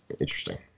interesting